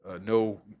no